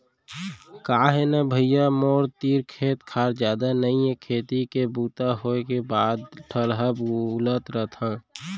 का हे न भइया मोर तीर खेत खार जादा नइये खेती के बूता होय के बाद ठलहा बुलत रथव